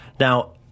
Now